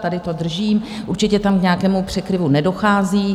Tady to drží, určitě tam k nějakému překryvu nedochází.